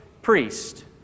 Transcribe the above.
Priest